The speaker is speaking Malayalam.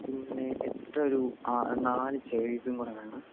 പിന്നെ എക്സ്ട്രാ ഒരു നാല് ചെയേഴ്സും കൂടെ വേണം